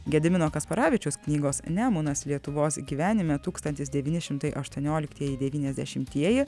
gedimino kasparavičiaus knygos nemunas lietuvos gyvenime tūkstantis devyni šimtai aštuonioliktieji devyniasdešimtieji